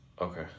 Okay